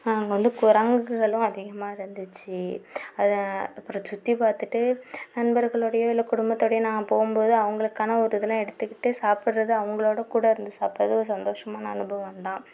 அங்கே வந்து குரங்குகளும் அதிகமாக இருந்துச்சு அதை அப்புறம் சுற்றி பார்த்துட்டு நண்பர்களோடயோ இல்லை குடும்பத்தோடயோ நான் போகும்போது அவங்களுக்கான ஒரு இதுலாம் எடுத்துக்கிட்டு சாப்பிட்றது அவங்களோட கூட இருந்து சாப்பிட்றது ஒரு சந்தோஷமான அனுபவம் தான்